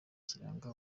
kiranga